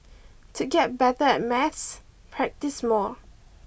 to get better at maths practise more